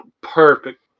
Perfect